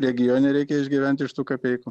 regione reikia išgyvent iš tų kapeikų